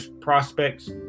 prospects